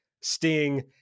Sting